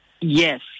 yes